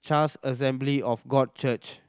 Charis Assembly of God Church